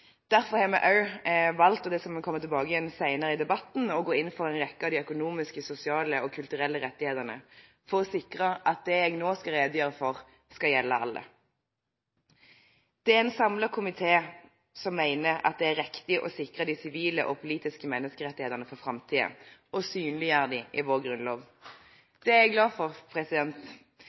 Derfor har vi også valgt – og det skal vi komme tilbake til senere i debatten – å gå inn for en rekke av de økonomiske, sosiale og kulturelle rettighetene for å sikre at det jeg nå skal redegjøre for, skal gjelde alle. Det er en samlet komité som mener at det er riktig å sikre de sivile og politiske menneskerettighetene for framtiden og synliggjøre dem i vår grunnlov. Det er jeg glad for.